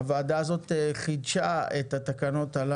התשפ"ב